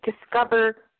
discover